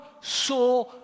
saw